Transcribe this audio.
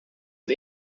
het